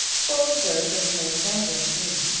full of growth of the most dazzling green.